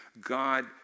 God